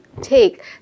take